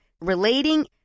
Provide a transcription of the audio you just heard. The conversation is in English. relating